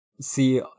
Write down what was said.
see